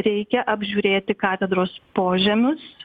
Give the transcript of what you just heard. reikia apžiūrėti katedros požemius